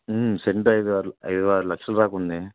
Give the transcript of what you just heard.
cent ఐదు ఆరు లక్షలు దాకా ఉంది